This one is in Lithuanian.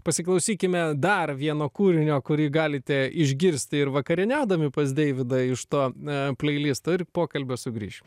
pasiklausykime dar vieno kūrinio kurį galite išgirsti ir vakarieniaudami pas deividą iš to a pleilisto ir pokalbio sugrįšim